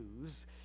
news